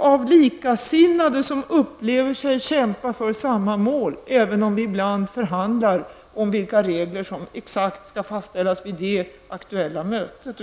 av likasinnade som upplever sig kämpa för samma mål, även om vi ibland förhandlar om exakt vilka regler som skall fastställas vid de aktuella mötena.